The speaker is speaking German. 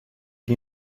die